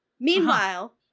Meanwhile